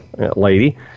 Lady